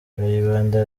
kayibanda